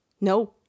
No